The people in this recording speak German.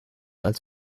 als